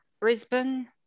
Brisbane